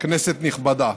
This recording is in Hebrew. נכבדה,